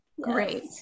Great